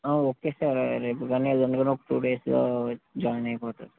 okay sir రేపు కానీ ఎల్లుండి కానీ ఒక టు డేస్లో వచ్చి జాయిన్ అయిపోతాను